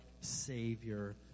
Savior